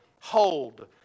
hold